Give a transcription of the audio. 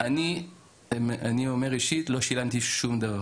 אני אומר אישית, לא שילמתי שום דבר.